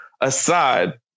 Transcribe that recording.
aside